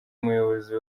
muyobozi